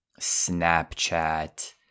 Snapchat